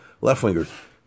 left-wingers